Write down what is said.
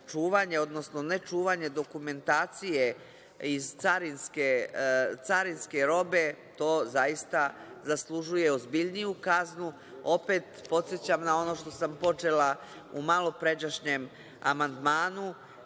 odnosno ne čuvanje dokumentacije carinske robe, to zaista zaslužuje ozbiljniju kaznu. Opet podsećam na ono što sam počela u malopređašnjem amandmanu,